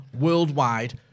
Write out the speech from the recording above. worldwide